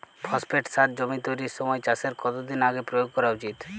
Phosphate সার জমি তৈরির সময় চাষের কত দিন আগে প্রয়োগ করা উচিৎ?